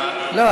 לא,